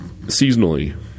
seasonally